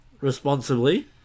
Responsibly